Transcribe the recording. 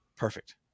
Perfect